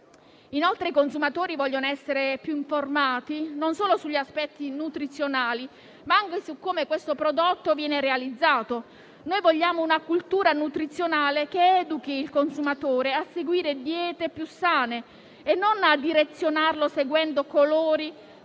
I nostri consumatori vogliono essere più informati non solo sugli aspetti nutrizionali, ma anche su come il prodotto viene realizzato. Vogliamo una cultura nutrizionale che educhi il consumatore a seguire diete più sane e non direzionarlo seguendo colori